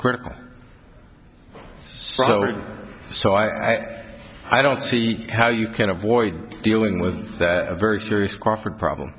critical so i i don't see how you can avoid dealing with that very serious crawford problem